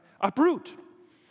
Uproot